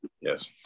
Yes